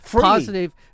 positive